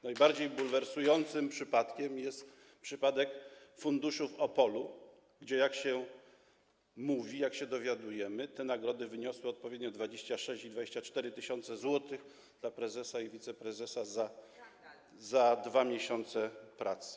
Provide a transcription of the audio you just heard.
Najbardziej bulwersującym przypadkiem jest przypadek funduszu w Opolu, gdzie - jak się mówi, jak się dowiadujemy - te nagrody wyniosły odpowiednio 26 tys. zł i 24 tys. zł dla prezesa i wiceprezesa za 2 miesiące pracy.